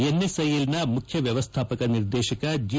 ಎನ್ಎಸ್ಐಎಲ್ನ ಮುಖ್ಯ ವ್ಯವಸ್ಥಾಪಕ ನಿರ್ದೇಶಕ ಜಿ